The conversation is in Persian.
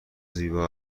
زیبا